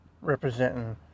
representing